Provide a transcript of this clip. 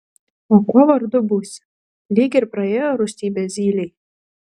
o kuo vardu būsi lyg ir praėjo rūstybė zylei